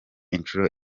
inshuro